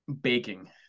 Baking